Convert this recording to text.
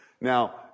Now